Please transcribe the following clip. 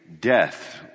death